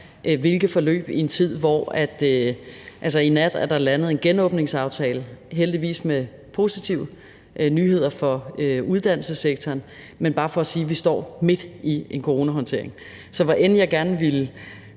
hvilke forløb, vil jeg bare sige – altså, i nat er der er landet en genåbningsaftale, heldigvis med positive nyheder for uddannelsessektoren – at vi altså står midt i en coronahåndtering. Så hvor gerne jeg end ville